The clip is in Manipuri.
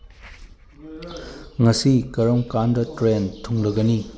ꯉꯁꯤ ꯀꯔꯝ ꯀꯥꯟꯗ ꯇ꯭ꯔꯦꯟ ꯊꯨꯡꯂꯒꯅꯤ